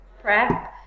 prep